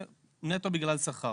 זה נטו בגלל שכר.